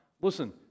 listen